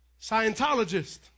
Scientologist